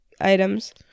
items